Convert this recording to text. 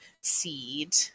seed